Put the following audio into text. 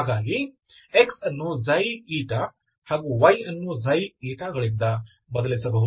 ಹಾಗಾಗಿ x ಅನ್ನು ಹಾಗೂ y ಅನ್ನು ξ ಗಳಿಂದ ಬದಲಿಸಬಹುದು